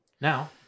Now